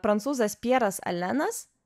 prancūzas pjeras alenas